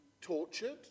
tortured